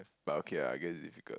but okay ah I guess is difficult